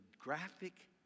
graphic